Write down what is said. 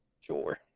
Sure